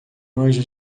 anjo